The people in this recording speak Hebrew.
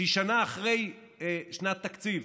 שהיא שנה אחרי שנת תקציב